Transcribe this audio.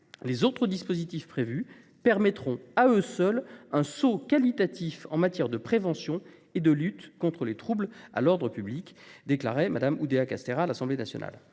les autres dispositifs prévus permettront, à eux seuls, un saut qualitatif en matière de prévention et de lutte contre les troubles à l'ordre public », déclarait Amélie Oudéa-Castéra à l'Assemblée nationale.